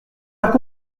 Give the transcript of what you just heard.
faire